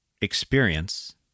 experience